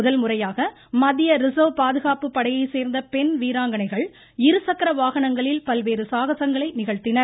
முதன்முறையாக மத்திய ரிஸர்வ் பாதுகாப்புப் படையைச் சேர்ந்த பெண் வீராங்கணைகள் இருசக்கர வாகனங்களில் பல்வேறு சாகசங்களை நிகழ்த்தினர்